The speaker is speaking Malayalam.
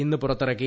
ഇന്ന് പുറത്തിറക്കി